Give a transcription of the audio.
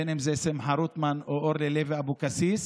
בין אם זה שמחה רוטמן או אורלי לוי אבקסיס,